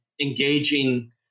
engaging